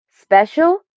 Special